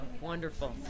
wonderful